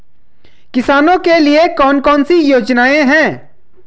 किसानों के लिए कौन कौन सी योजनाएं हैं?